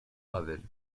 ravel